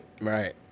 Right